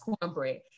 cornbread